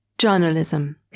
Journalism